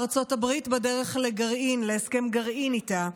ארצות הברית בדרך להסכם גרעין איתה,